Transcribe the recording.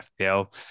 FPL